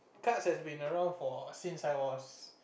cards have been around for since I was